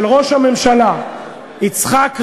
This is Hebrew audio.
של ראש הממשלה יצחק רבין,